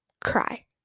cry